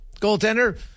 Goaltender